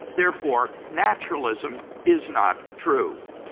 therefore, naturalism is not true.